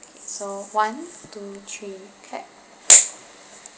so one two three clap